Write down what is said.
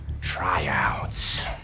tryouts